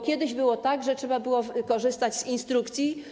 Kiedyś było tak, że trzeba było korzystać z instrukcji.